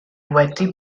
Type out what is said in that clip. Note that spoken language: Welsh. wedi